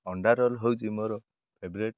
ଅଣ୍ଡା ରୋଲ୍ ହେଉଛି ମୋର ଫେଭରେଟ୍